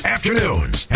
Afternoons